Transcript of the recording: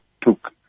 took